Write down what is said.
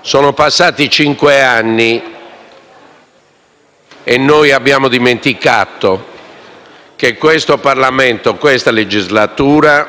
Sono passati cinque anni e abbiamo dimenticato che questo Parlamento e questa legislatura